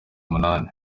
umunani